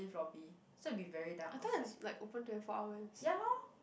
lift lobby so it'll be very dark outside ya lor